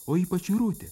o ypač irutė